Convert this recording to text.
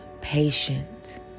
patient